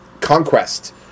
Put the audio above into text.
conquest